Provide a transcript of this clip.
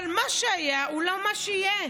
אבל מה שהיה הוא לא מה שיהיה,